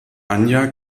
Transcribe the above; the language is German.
anja